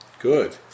Good